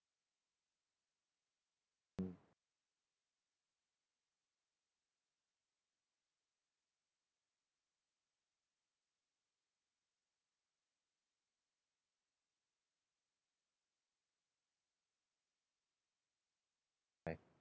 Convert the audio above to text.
okay